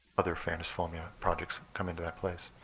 other fairness formula projects come into that place.